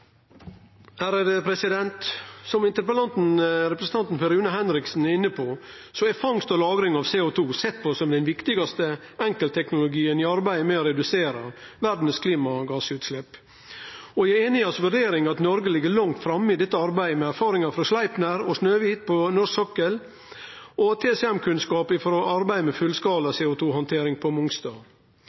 inne på, er fangst og lagring av CO2 sett på som den viktigaste enkeltteknologien i arbeidet med å redusere verdas klimagassutslepp. Eg er einig i hans vurdering av at Noreg ligg langt framme i dette arbeidet, med erfaringar frå Sleipner og Snøhvit på norsk sokkel og TCM-kunnskap frå arbeidet med fullskala CO2-handtering på Mongstad. Så spør representanten statsråd Lien om korleis han vil leggje til rette for at CCS blir tatt i bruk på